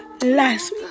last